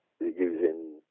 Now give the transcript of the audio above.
using